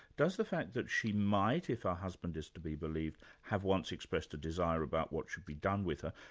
does the fact that she might if her husband is to be believed have once expressed a desire about what should be done with her,